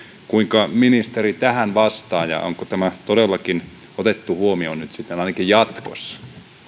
kuinka ministeri tähän vastaa ja onko tämä todellakin otettu huomioon nyt sitten ainakin jatkossa